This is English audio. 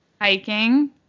hiking